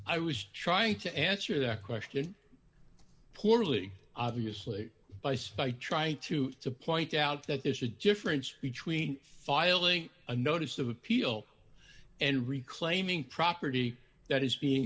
i was trying to answer that question poorly obviously by spite trying to point out that there's a difference between filing a notice of appeal and reclaiming property that is being